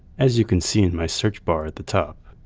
as you can see in my search bar at the top.